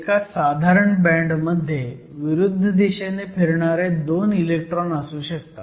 एका साधारण बँड मध्ये विरुद्ध दिशेने फिरणारे 2 इलेक्ट्रॉन असू शकतात